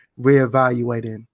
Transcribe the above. reevaluating